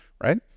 right